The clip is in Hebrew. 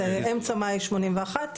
זה אמצע מאי 81,